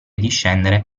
discendere